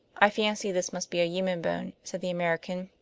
i fancy this must be a human bone, said the american.